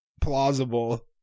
plausible